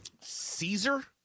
Caesar